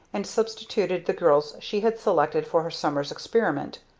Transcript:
and substituted the girls she had selected for her summer's experiment,